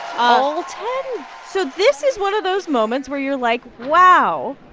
all ten so this is one of those moments where you're like, wow,